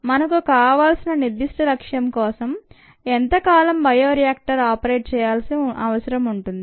మనకు కావాల్సిన నిర్థిష్ట లక్ష్యం కోసం ఎంత కాలం బయో రియాక్టర్ ఆపరేట్ చేయాల్సిన అవసరం ఉంటుంది